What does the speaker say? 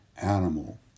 animal